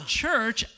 church